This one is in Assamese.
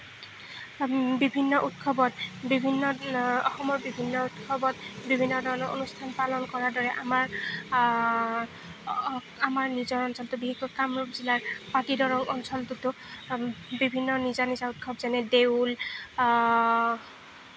বিভিন্ন উৎসৱত বিভিন্ন অসমৰ বিভিন্ন উৎসৱত বিভিন্ন ধৰণৰ অনুষ্ঠান পালন কৰাৰ দৰে আমাৰ আমাৰ নিজৰ অঞ্চলটোৰ বিশেষকৈ কামৰূপ জিলাৰ পাতিদৰং অঞ্চলটোতো বিভিন্ন নিজা নিজা উৎসৱ যেনে দেউল